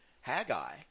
Haggai